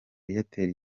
airtel